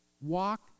walk